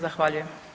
Zahvaljujem.